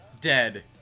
Dead